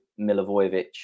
Milivojevic